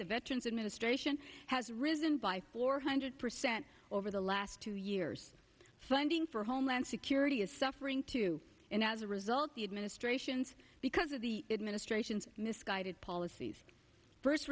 the veterans administration has risen by four hundred percent over the last two years funding for homeland security is suffering two and as a result the administration's because of the administration's misguided policies first